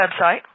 website